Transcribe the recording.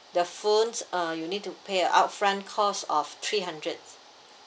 the phones uh you need to pay a upfront cost of three hundred